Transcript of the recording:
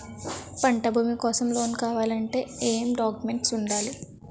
పంట భూమి కోసం లోన్ కావాలి అంటే ఏంటి డాక్యుమెంట్స్ ఉండాలి?